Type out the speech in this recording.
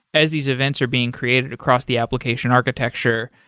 as these events are being created across the application architecture,